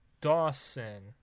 Dawson